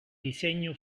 disegno